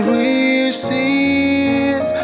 receive